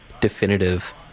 definitive